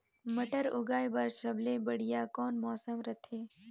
मटर उगाय बर सबले बढ़िया कौन मौसम रथे?